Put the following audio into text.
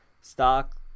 Stock